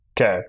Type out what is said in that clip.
okay